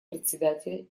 председателя